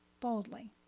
boldly